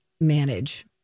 manage